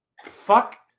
Fuck